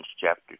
chapter